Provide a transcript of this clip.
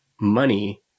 money